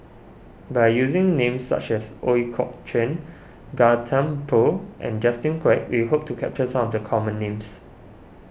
by using names such as Ooi Kok Chuen Gan Thiam Poh and Justin Quek we hope to capture some of the common names